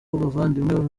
bavandimwe